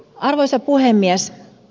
arvoisa puhemies